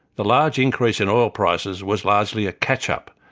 the large increase in oil prices was largely a catch-up,